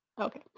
Okay